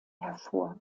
hervor